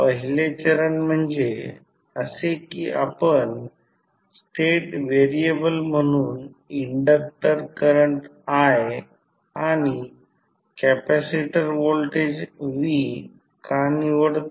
पहिले चरण म्हणजे असे की आपण स्टेट व्हेरिएबल म्हणून इंडक्टर करंट i आणि कॅपेसिटर व्होल्टेज v का निवडतो